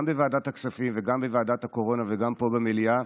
גם בוועדת הכספים וגם בוועדת הקורונה וגם פה במליאה,